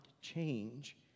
change